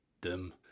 dim